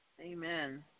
Amen